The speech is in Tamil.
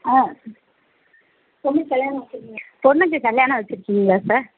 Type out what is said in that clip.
ஆ பொண்ணுக்கு கல்யாணம் வெச்சுருக்கீங்க பொண்ணுக்கு கல்யாணம் வெச்சுருக்கீங்களா சார்